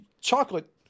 chocolate